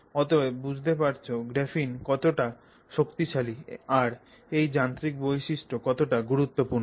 অতএব বুঝতে পারছ গ্রাফিন কতটা শক্তিশালী আর এর যান্ত্রিক বৈশিষ্ট্য কতটা গুরুত্বপূর্ণ